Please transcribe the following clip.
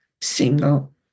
single